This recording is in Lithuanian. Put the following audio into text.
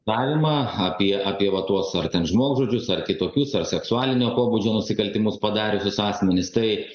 pažymą apie apie tuos suartinti žmogžudžius ar kitokius ar seksualinio pobūdžio nusikaltimus padariusius asmenis taip